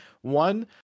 one